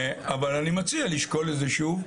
אבל אני מציע לשקול את זה שוב,